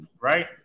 right